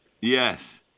Yes